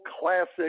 classic